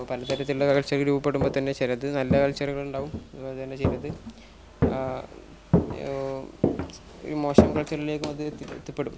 ഇപ്പം പലതരത്തിലുള്ള കൾച്ചർ രൂപപ്പെടുമ്പോൾ തന്നെ ചിലത് നല്ല കൾച്ചറുണ്ടാകും അതു പോലെ തന്നെ ചിലത് ഈ മോശം കൾച്ചറിലേക്കും അത് എത്തിപ്പെടും